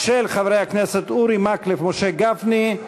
של חברי הכנסת אורי מקלב ומשה גפני,